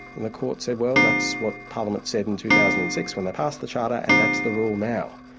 and the court said, well that's what parliament said in two thousand and six when they passed the charter, and that's the rule now.